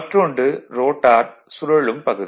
மற்றொன்று ரோட்டார் சூழலும் பகுதி